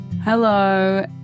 Hello